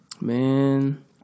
Man